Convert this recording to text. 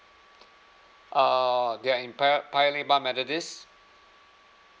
ah they're in paya paya lebar methodist